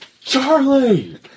Charlie